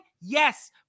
Yes